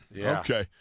Okay